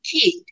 kid